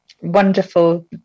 wonderful